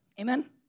Amen